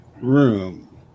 room